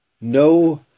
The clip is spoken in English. no